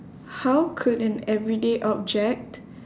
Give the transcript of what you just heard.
how could an everyday object